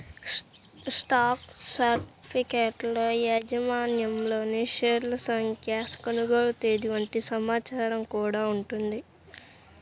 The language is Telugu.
స్టాక్ సర్టిఫికెట్లలో యాజమాన్యంలోని షేర్ల సంఖ్య, కొనుగోలు తేదీ వంటి సమాచారం గూడా ఉంటది